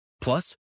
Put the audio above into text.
Plus